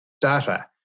data